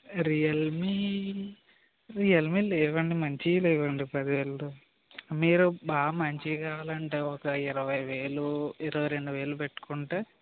Realme Realme లేవండి మంచివి లేవండి పదివేలలో మీరు బాగా మంచివి కావాలంటే ఒక ఇరవై వేలు ఇరవై రెండు వేలు పెట్టుకుంటే